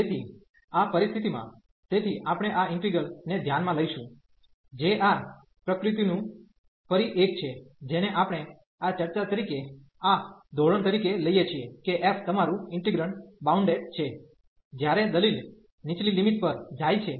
તેથી આ પરિસ્થિતિમાં તેથી આપણે આ ઈન્ટિગ્રલ ને ધ્યાનમાં લઈશું જે આ પ્રકૃતિનું ફરી એક છે જેને આપણે આ ચર્ચા તરીકે આ ધોરણ તરીકે લઈએ છીએ કે f તમારું ઇંન્ટીગ્રેન્ડ બાઉન્ડેડ છે જ્યારે દલીલ નીચલી લિમિટ પર જાય છે